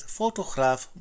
fotograaf